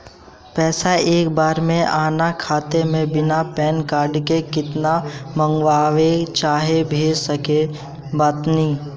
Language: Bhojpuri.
पैसा एक बार मे आना खाता मे बिना पैन कार्ड के केतना मँगवा चाहे भेज सकत बानी?